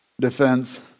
defense